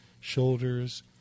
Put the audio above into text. shoulders